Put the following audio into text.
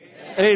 Amen